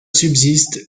subsistent